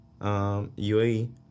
UAE